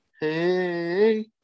hey